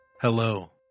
Hello